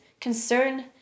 concern